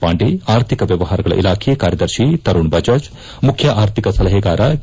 ಪಾಂಡೇ ಆರ್ಥಿಕ ವ್ಲವಹಾರಗಳ ಇಲಾಖೆ ಕಾರ್ಯದರ್ಶಿ ತರುಣ್ ಬಜಾಜ್ ಮುಖ್ಯ ಆರ್ಥಿಕ ಸಲಹೆಗಾರ ಕೆ